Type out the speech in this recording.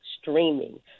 streaming